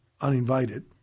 uninvited